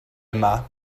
yma